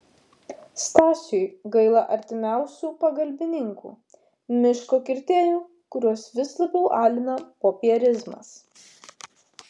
stasiui gaila artimiausių pagalbininkų miško kirtėjų kuriuos vis labiau alina popierizmas